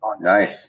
Nice